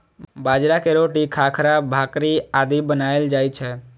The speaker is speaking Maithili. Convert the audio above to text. बाजरा के रोटी, खाखरा, भाकरी आदि बनाएल जाइ छै